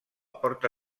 porta